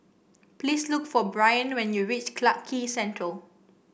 please look for Bryn when you reach Clarke Quay Central